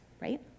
right